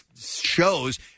shows